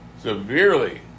severely